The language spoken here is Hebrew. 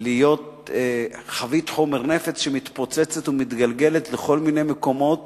להיות חבית חומר נפץ שמתפוצצת ומתגלגלת לכל מיני מקומות